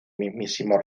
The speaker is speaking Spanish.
mismísimo